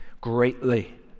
greatly